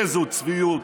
איזו צביעות,